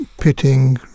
pitting